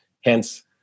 Hence